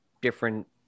different